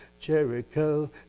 Jericho